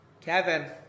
Kevin